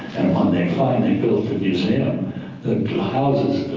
um they finally built the museum, the houses,